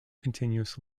continuous